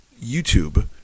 YouTube